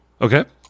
Okay